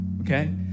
Okay